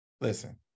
listen